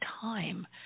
time